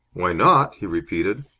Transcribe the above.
why not? he repeated.